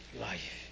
life